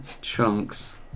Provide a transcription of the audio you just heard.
chunks